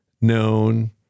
known